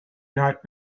not